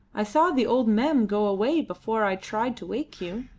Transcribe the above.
i saw the old mem go away before i tried to wake you.